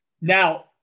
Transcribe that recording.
Now